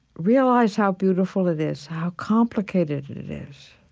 realize how beautiful it is, how complicated and it is